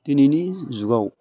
दिनैनि जुगाव